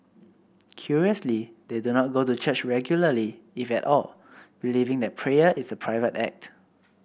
curiously they do not go to church regularly if at all believing that prayer is a private act